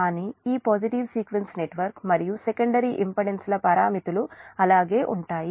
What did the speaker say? కానీ ఈ positive sequence network మరియు సెకండరీ ఇంపెడెన్స్ల పారామితులు అలాగే ఉంటాయి